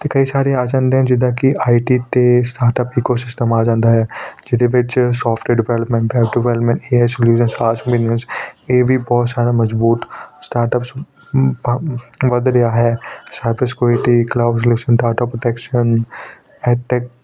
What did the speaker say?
ਅਤੇ ਕਈ ਸਾਰੇ ਆ ਜਾਂਦੇ ਹਨ ਜਿੱਦਾਂ ਕੀ ਆਈਟੀ ਅਤੇ ਸਾਰਾ ਇਕੋਸਿਸਟਮ ਆ ਜਾਂਦਾ ਹੈ ਜਿਹਦੇ ਵਿੱਚ ਸੋਫਟਵੇਅਰ ਡਿਵੈਲਪਮੈਂਟ ਹੈ ਬਿਜਨੈਸ ਇਹ ਵੀ ਬਹੁਤ ਜ਼ਿਆਦਾ ਮਜ਼ਬੂਤ ਸਟਾਰਟਅੱਪਸ ਵੱ ਵੱਧ ਰਿਹਾ ਹੈ cloud listing data protection high tech